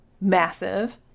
massive